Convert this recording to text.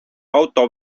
auto